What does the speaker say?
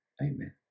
Amen